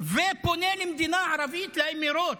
ופונה למדינה ערבית, לאמירויות,